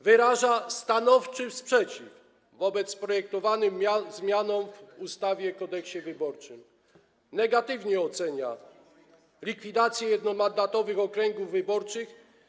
Wyraża stanowczy sprzeciw wobec projektowanych zmian w ustawie Kodeks wyborczy, negatywnie ocenia likwidację jednomandatowych okręgów wyborczych.